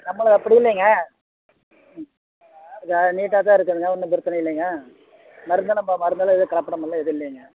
நம்மளது அப்படி இல்லைங்க ம் நீட்டாக தான் இருக்குதுங்க ஒன்றும் பிரச்சின இல்லைங்க மருந்து நம்ம மருந்தெலாம் எதுவும் கலப்படமெல்லாம் எதுவும் இல்லைங்க